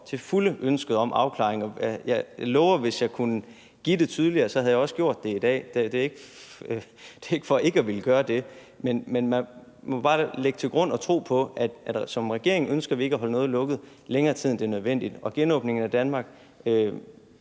til fulde ønsket om afklaring, og jeg lover, at hvis jeg kunne have givet den tydeligere, havde jeg også gjort det i dag, så det er ikke for ikke at ville gøre det. Men man må bare lægge til grund og tro på, at som regering ønsker vi ikke at holde noget lukket længere tid, end det er nødvendigt. I forhold til genåbningen af Danmark: